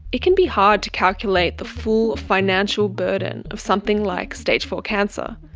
it can be hard to calculate the full financial burden of something like stage four cancer.